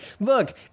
Look